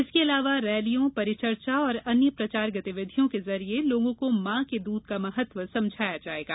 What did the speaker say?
इसके अलावा रैलियों परिचर्चा और अन्य प्रचार गतिविधियों के जरिये लोगों को मां के दूध का महत्व समझाया जायेगा